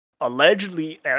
allegedly